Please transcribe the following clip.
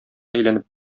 әйләнеп